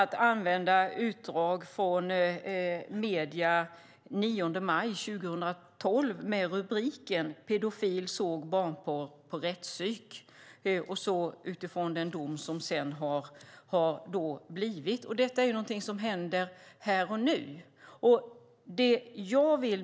I medierna den 9 maj 2012 fanns rubriken "Pedofil såg barnporr på rättspsyk". Detta är något som händer här och nu.